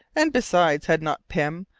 and besides, had not pym,